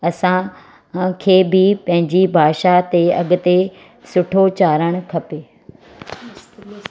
असां खे बि पंहिंजी भाषा ते अॻिते सुठो चाढ़णु खपे